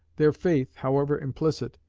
their faith, however implicit,